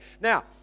Now